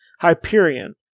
Hyperion